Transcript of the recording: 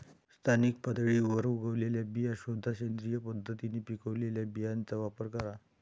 स्थानिक पातळीवर उगवलेल्या बिया शोधा, सेंद्रिय पद्धतीने पिकवलेल्या बियांचा वापर करा